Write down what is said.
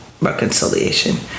reconciliation